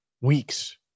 weeks